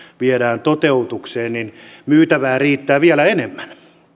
viedään toteutukseen niin myytävää riittää vielä enemmän